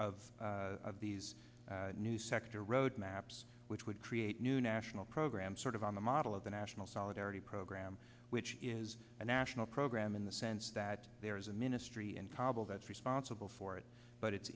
of these new sector roadmaps which would create new national programs sort of on the model of the national solidarity program which is a national program in the sense that there is a ministry in kabul that's responsible for it but it's